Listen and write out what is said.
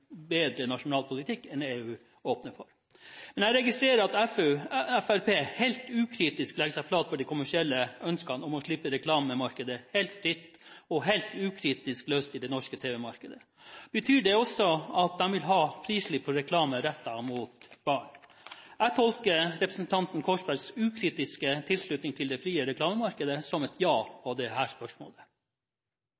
bedre nasjonal politikk enn EU åpner for. Jeg registrerer at Fremskrittspartiet helt ukritisk legger seg flat for de kommersielle ønskene om å slippe reklamemarkedet helt fritt og helt ukritisk løst i det norske tv-markedet. Betyr det også at de vil ha frislipp for reklame rettet mot barn? Jeg tolker representanten Korsbergs ukritiske tilslutning til det frie reklamemarkedet som et ja